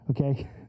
Okay